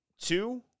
Two